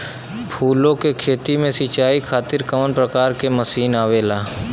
फूलो के खेती में सीचाई खातीर कवन प्रकार के मशीन आवेला?